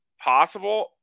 possible